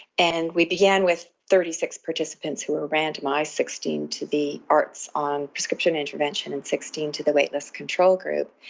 and we began with thirty six participants who were randomised, sixteen to the arts on prescription intervention and sixteen to the waitlist control group.